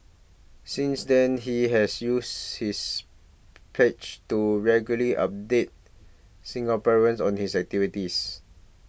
since then he has used his page to regularly update Singaporeans on his activities